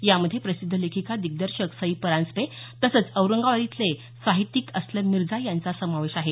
यामध्ये प्रसिद्ध लेखिका दिग्दर्शक सई परांजपे तसंच औरंगाबाद इथले साहित्यिक असलम मिर्जा यांचा समावेश आहे